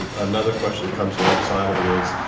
another question that comes alongside of it is,